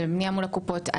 זה בבנייה מול הקופות.